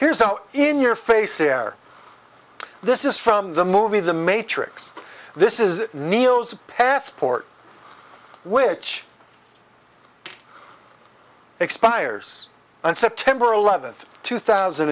here's in your face there this is from the movie the matrix this is neil's passport which expires on september eleventh two thousand